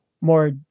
more